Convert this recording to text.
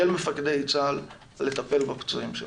של מפקדי צה"ל לטפל בפצועים שלנו.